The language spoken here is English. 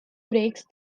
breaks